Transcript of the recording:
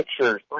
pictures